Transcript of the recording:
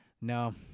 no